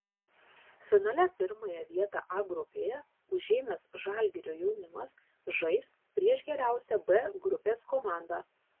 finale pirmąją vietą a grupėje užėmęs žalgirio jaunimas žais prieš geriausią b grupės komandą